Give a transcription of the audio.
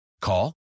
Call